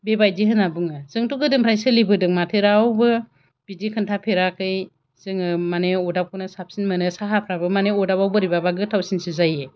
बेबायदि होनना बुङो जोंथ' गोदोनिफ्रायनो सोलिबोदों माथो रावबो बिदि खिन्थाफेराखै जोङो माने अरदाबखौनो साबसिन मोनो साहाफोराबो माने अरदाबाव बोरैबाबा गोथावसिनसो जायो